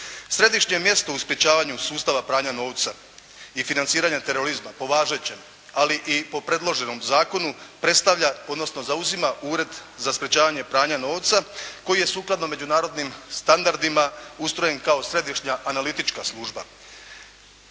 Središnje mjesto u sprječavanju sustava pranja novca i financiranja terorizma po važećem, ali i po predloženom zakonu predstavlja, odnosno zauzima Ured za sprječavanje pranja novca koji je sukladno međunarodnim standardima ustrojen kao središnja analitička služba.